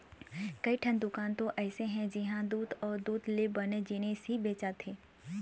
कइठन दुकान तो अइसे हे जिंहा दूद अउ दूद ले बने जिनिस ही बेचाथे